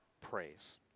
praise